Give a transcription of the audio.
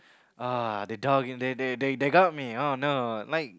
uh the dog they they they they got me oh no like